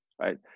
right